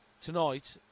Tonight